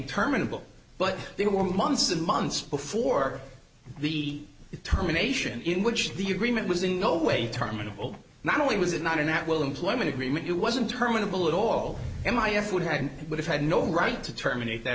terminable but they were months and months before the determination in which the agreement was in no way terminable not only was it not an at will employment agreement it wasn't terminable at all m i f would have would have had no right to terminate that